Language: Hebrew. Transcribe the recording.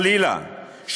חלילה,